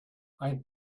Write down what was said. ein